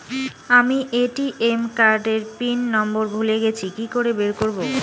আমি ATM card এর pin number ভুলে গেছি কি করে বের করব?